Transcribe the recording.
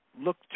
look